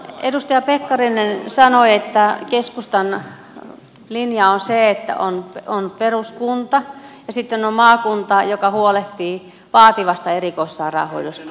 edustaja pekkarinen sanoi että keskustan linja on se että on peruskunta ja sitten on maakunta joka huolehtii vaativasta erikoissairaanhoidosta